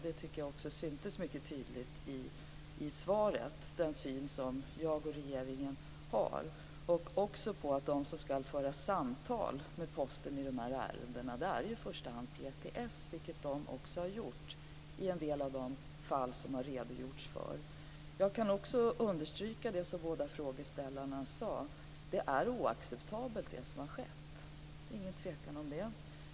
Jag tycker också att det syntes mycket tydligt i svaret vilken syn jag och regeringen har. Den som skall föra samtal med Posten i de här ärendena är i första hand PTS, vilket man också har gjort i en del av de fall som det har redogjorts för. Jag kan också understryka det som båda frågeställarna sade: Det som har skett är oacceptabelt. Det är ingen tvekan om det.